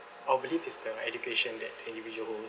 I'll believe is the education that the individual holds